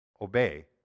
obey